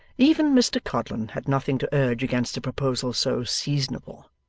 even mr codlin had nothing to urge against a proposal so seasonable.